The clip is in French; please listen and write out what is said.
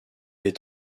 est